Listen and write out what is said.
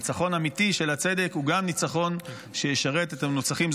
ניצחון אמיתי של הצדק הוא גם ניצחון שישרת את המנוצחים.